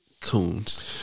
Coons